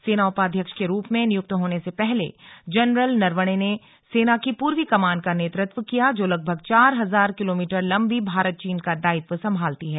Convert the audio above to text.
सेना उपाध्यक्ष के रूप में नियुक्त होने से पहले जनरल नरवणे ने सेना की पूर्वी कमान का नेतृत्व किया जो लगभग चार हजार किलोमीटर लंबी भारत चीन का दायित्व संभालती है